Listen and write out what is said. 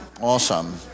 awesome